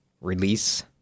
release